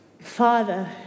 Father